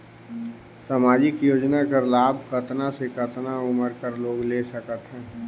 समाजिक योजना कर लाभ कतना से कतना उमर कर लोग ले सकथे?